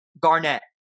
Garnett